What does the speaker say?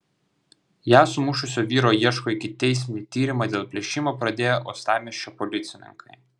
ją sumušusio vyro ieško ikiteisminį tyrimą dėl plėšimo pradėję uostamiesčio policininkai